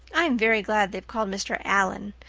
i'm very glad they've called mr. allan.